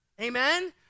Amen